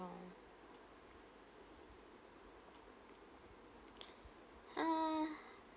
~ong uh